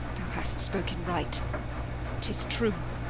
th' hast spoken right tis true.